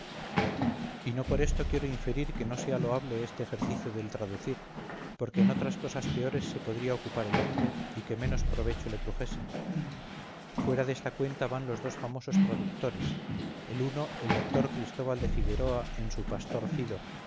y no por esto quiero inferir que no sea loable este ejercicio del traducir porque en otras cosas peores se podría ocupar el hombre y que menos provecho le trujesen fuera desta cuenta van los dos famosos traductores el uno el doctor cristóbal de figueroa en su pastor fido